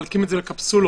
מחלקים את זה לקפסולות?